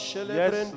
Yes